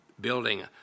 building